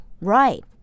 Right